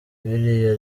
biriya